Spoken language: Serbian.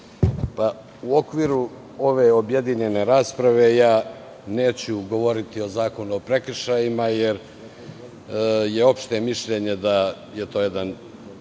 u okviru ove objedinjene rasprave neću govoriti o Zakonu o prekršajima, jer je opšte mišljenje da je to jedan